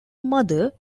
mother